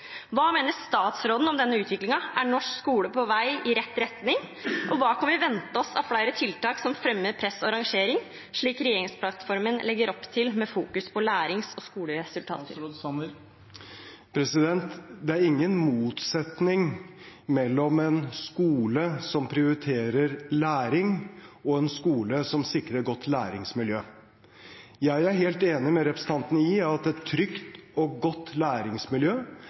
Hva mener statsråden om denne utviklingen? Er norsk skole på vei i rett retning? Og hva kan vi vente oss av flere tiltak som fremmer press og rangering, slik regjeringsplattformen legger opp til med fokus på lærings- og skoleresultater? Det er ingen motsetning mellom en skole som prioriterer læring, og en skole som sikrer et godt læringsmiljø. Jeg er helt enig med representanten i at et trygt og godt læringsmiljø